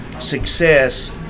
success